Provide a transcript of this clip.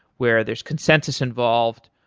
where there is consensus involved.